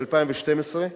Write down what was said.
ב-2012.